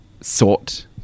sought